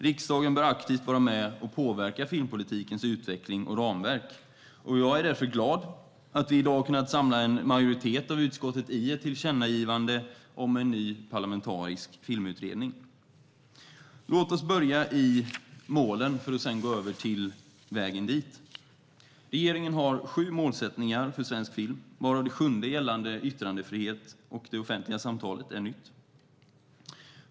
Riksdagen bör aktivt vara med och påverka filmpolitikens utveckling och ramverk. Jag är därför glad att vi i dag har kunnat samla en majoritet av utskottet i ett tillkännagivande om en ny parlamentarisk filmutredning. Låt oss börja med målen, för att sedan gå över till vägen dit. Reger-ingen har sju målsättningar för svensk film, varav det sjunde gällande yttrandefrihet och det offentliga samtalet är nytt.